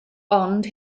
ond